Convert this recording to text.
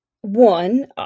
one